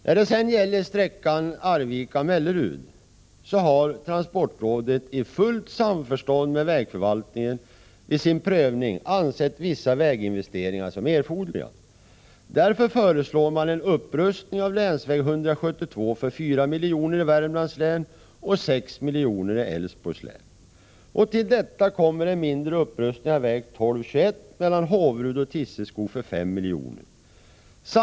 När det gäller sträckan Arvika-Mellerud har transportrådet i fullt samförstånd med vägförvaltningen vid sin prövning ansett vissa väginvesteringar erforderliga. Därför föreslår man en upprustning av länsväg 172 för 4 miljoner i Värmlands län och för 6 miljoner i Älvsborgs län. Till detta kommer en mindre upprustning av väg 1221 mellan Håverud och Tisselskog för 5 miljoner.